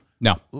No